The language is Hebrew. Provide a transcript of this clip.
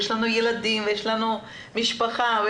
יש ילדים ומשפחה,